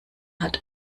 hat